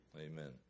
Amen